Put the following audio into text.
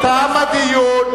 תם הדיון.